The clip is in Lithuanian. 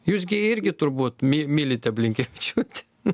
jūs gi irgi turbūt my mylite blinkevičiūtę